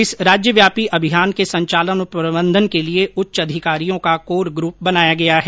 इस राज्यव्यापी अभियान के संचालन और प्रबंधन के लिए उच्च अधिकारियों का कोर ग्रूप बनाया गया है